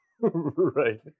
Right